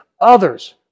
others